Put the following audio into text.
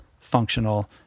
functional